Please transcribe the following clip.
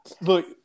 Look